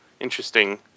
interesting